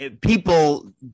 people